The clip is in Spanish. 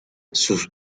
sus